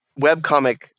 webcomic